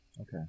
Okay